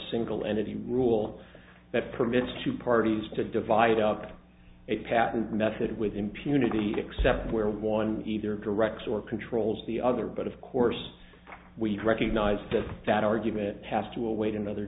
single entity rule that permits two parties to divide up a patent method with impunity except where one either direct or controls the other but of course we recognize that that argument has to await another